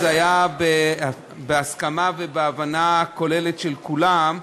זה היה בהסכמה ובהבנה כוללת של כולם,